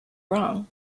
wrong